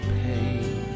pain